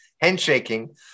handshaking